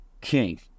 king